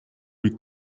lui